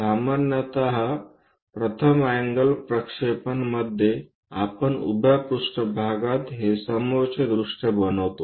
सामान्यत प्रथम अँगल प्रक्षेपण मध्ये आपण उभ्या पृष्ठभागात हे समोरचे दृष्य बनवितो